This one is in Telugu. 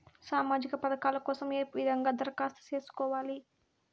సామాజిక పథకాల కోసం ఏ విధంగా దరఖాస్తు సేసుకోవాలి